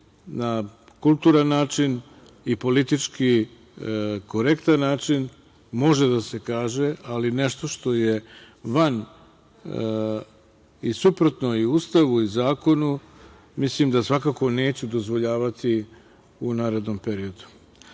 na kulturan način i politički korektan način može da se kaže, ali nešto što je van i suprotno i Ustavu i zakonu mislim da svakako neću dozvoljavati u narednom periodu. Da